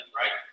right